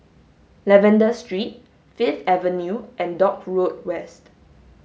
Lavender Street Fifth Avenue and Dock Road West